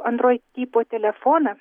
android tipo telefoną